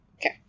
okay